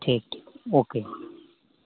ठीक ओके